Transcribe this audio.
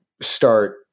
start